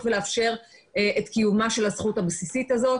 ולאפשר את קיומה של הזכות הבסיסית הזאת.